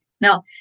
Now